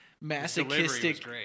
masochistic